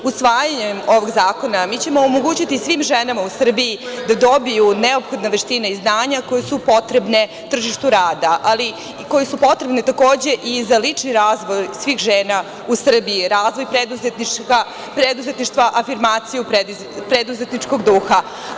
Usvajanjem ovog zakona mi ćemo omogućiti svim ženama u Srbiji da dobiju neophodne veštine i znanja koja su potrebna tržištu rada, ali koje su potrebne takođe i za lični razvoj svih žena u Srbiji, razvoj preduzetništva, afirmaciju preduzetničkog duha.